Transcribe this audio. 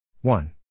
one